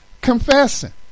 confessing